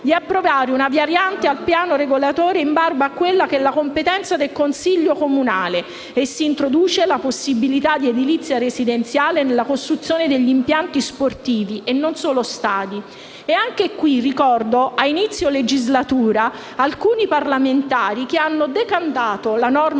di approvare una variante al piano regolatore, in barba alla competenza del consiglio comunale e si introduce la possibilità di edilizia residenziale nella costruzione degli impianti sportivi, e non solo degli stadi. Ricordo che a inizio legislatura alcuni parlamentari hanno decantato la norma